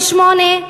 ולמה להזכיר את 1948?